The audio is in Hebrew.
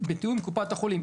בתיאום עם קופת חולים.